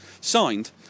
signed